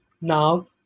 Now